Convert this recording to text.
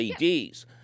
LEDs